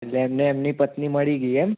એટલે એમને એમની પત્ની મળી ગઈ એમ